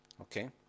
Okay